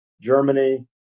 Germany